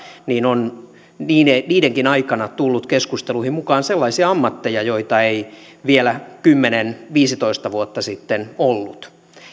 on niidenkin aikana tullut keskusteluihin mukaan sellaisia ammatteja joita ei vielä kymmenen viiva viisitoista vuotta sitten ollut